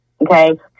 Okay